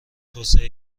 توسعه